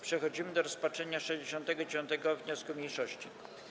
Przechodzimy do rozpatrzenia 69. wniosku mniejszości.